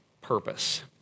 purpose